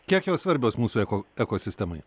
kiek jos svarbios mūsų eko ekosistemai